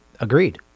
Agreed